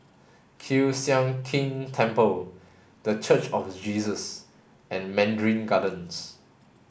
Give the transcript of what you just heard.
Kiew Sian King Temple The Church of Jesus and Mandarin Gardens